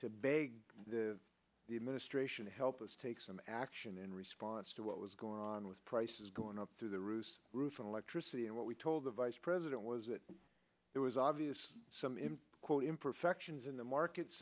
to beg the administration to help us take some action in response to what was going on with prices going up through the roof roof and electricity and what we told the vice president was that there was obvious some in quote imperfections in the market